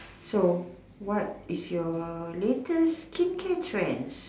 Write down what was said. so what is your latest skincare trends